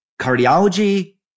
cardiology